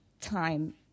time